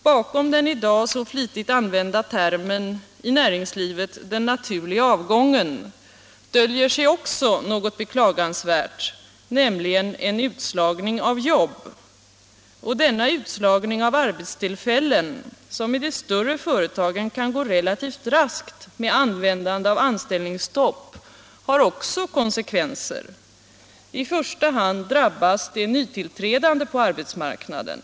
Bakom den i dag i näringslivet så flitigt använda termen ”den naturliga avgången” döljer sig också något beklagansvärt, nämligen en utslagning av jobb. Denna utslagning av arbetstillfällen, som i de större företagen kan gå relativt raskt med användande av anställningsstopp, har också konsekvenser. I första hand drabbas de nytillträdande på arbetsmarknaden.